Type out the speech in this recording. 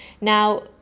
Now